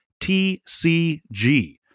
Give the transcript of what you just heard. TCG